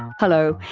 um hello,